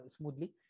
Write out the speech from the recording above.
smoothly